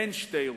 אין שתי ירושלים,